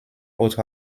autre